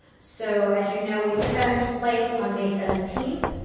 so as you know we put that into place on may seventeenth,